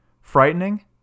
Frightening